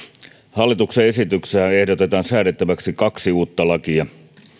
hallituksen esityksessä ehdotetaan säädettäväksi kaksi uutta lakia